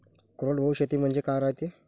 कोरडवाहू शेती म्हनजे का रायते?